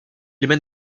mènent